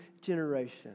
generation